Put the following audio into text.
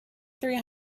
three